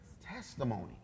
testimony